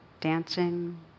dancing